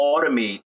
automate